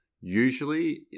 usually